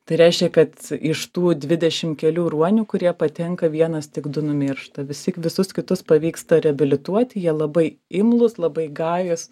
tai reiškia kad iš tų dvidešim kelių ruonių kurie patenka vienas tik du numiršta visi visus kitus pavyksta reabilituoti jie labai imlūs labai gajūs